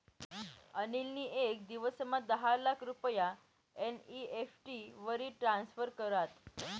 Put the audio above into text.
अनिल नी येक दिवसमा दहा लाख रुपया एन.ई.एफ.टी वरी ट्रान्स्फर करात